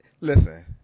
listen